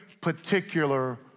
particular